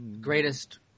Greatest